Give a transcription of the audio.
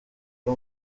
rwo